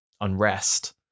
unrest